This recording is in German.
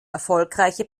erfolgreiche